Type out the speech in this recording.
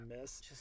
miss